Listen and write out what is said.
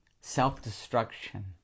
self-destruction